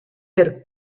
per